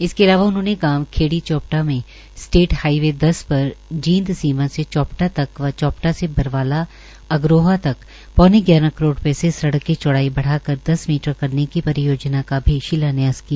इसके अलावा उन्होंने गांव खेड़ी चोपटा में स्टेट हाइवे दस पर जींद सीमा से चोपटा तक व चोपटा से बरवाला अग्रोहा तक पौने ग्यारह करोड़ रूपये से सड़क की चौड़ाई बढ़ाकर दस मीटर करने की परियोजना का शिलान्यास किया